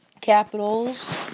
Capitals